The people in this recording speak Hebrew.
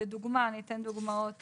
אני אתן דוגמאות,